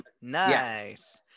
Nice